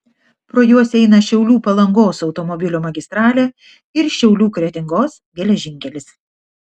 pro juos eina šiaulių palangos automobilių magistralė ir šiaulių kretingos geležinkelis